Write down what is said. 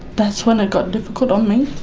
that's when it got difficult on me.